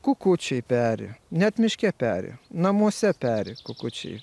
kukučiai peri net miške peri namuose peri kukučiai